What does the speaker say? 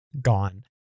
gone